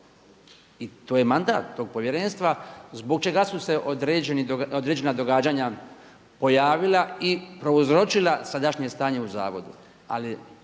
i to je mandat tog povjerenstva, zbog čega su se određena događanja pojavila i prouzročila sadašnje stanje u zavodu.